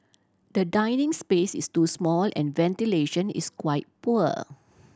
the dining space is too small and ventilation is quite poor